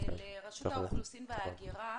האוכלוסין וההגירה.